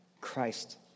Christ